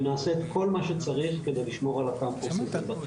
ונעשה כל מה שצריך כדי לשמור על הקמפוס בטוח.